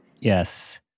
Yes